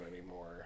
anymore